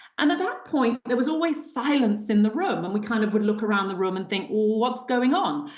and at that point, there was always silence in the room. and we kind of would look around the room and think, well, what's going on?